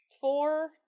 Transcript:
Four